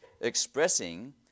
expressing